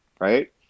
right